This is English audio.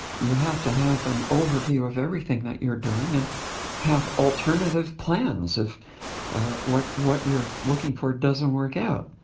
you have to have an overview of everything that you're doing and have alternative plans if what what you're looking for doesn't work out.